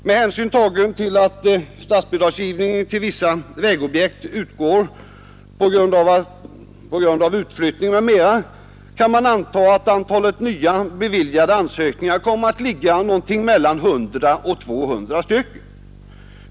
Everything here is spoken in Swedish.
Med hänsyn tagen till att statsbidragsgivningen till vissa vägobjekt utgår på grund av utflyttning m.m. kan man antaga att antalet nya beviljade ansökningar kommer att bli mellan 100 och 200.